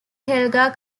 helga